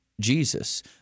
Jesus